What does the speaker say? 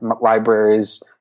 libraries